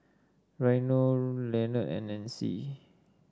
Reino Lenard and Nancy